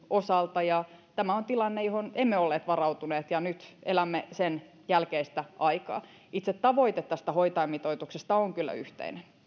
osalta ja tämä on tilanne johon emme olleet varautuneet ja nyt elämme sen jälkeistä aikaa itse tavoite tästä hoitajamitoituksesta on kyllä yhteinen